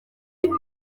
y’ubu